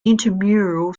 intramural